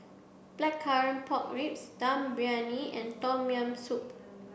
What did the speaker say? Blackcurrant Pork Ribs Dum Briyani and Tom Yam Soup